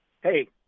Hey